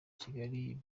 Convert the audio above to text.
kigali